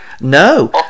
No